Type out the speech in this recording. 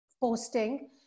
posting